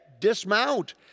dismount